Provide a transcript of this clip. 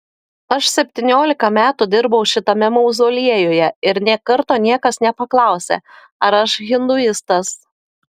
aš septyniolika metų dirbau šitame mauzoliejuje ir nė karto niekas nepaklausė ar aš hinduistas